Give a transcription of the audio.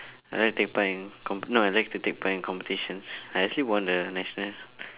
I like take part in comp~ no I like to take part in competitions I actually won the national